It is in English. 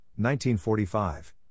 1945